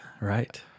right